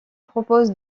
propose